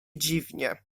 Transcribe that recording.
dziwnie